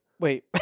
wait